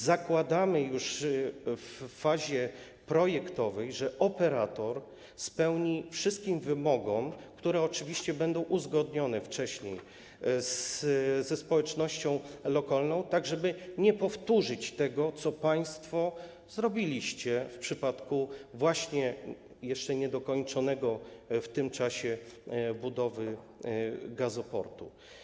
Zakładamy już w fazie projektowej, że operator spełni wszystkie wymogi, które oczywiście będą uzgodnione wcześniej ze społecznością lokalną, tak żeby nie powtórzyć tego, co państwo zrobiliście w przypadku jeszcze niedokończonej w tym czasie budowy gazoportu.